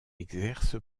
exerce